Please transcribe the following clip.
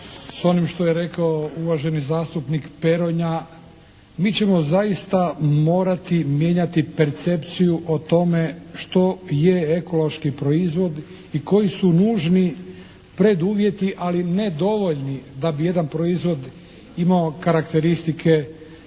s onim što je rekao uvaženi zastupnik Peronja mi ćemo zaista morati mijenjati percepciju o tome što je ekološki proizvod i koji su nužni preduvjeti, ali nedovoljni da bi jedan proizvod imao karakteristike ekološkog proizvoda.